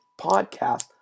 podcast